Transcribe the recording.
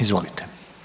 Izvolite.